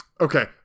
Okay